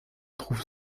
trouve